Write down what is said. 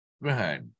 Right